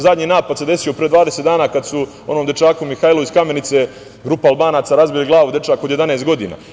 Zadnji napad se desio pre 20 dana, kada su onom dečaku Mihajlu iz Kamenice, grupa Albanaca razbili glavu, dečak od 11 godina.